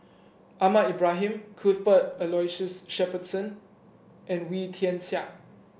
Ahmad Ibrahim Cuthbert Aloysius Shepherdson and Wee Tian Siak